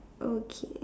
okay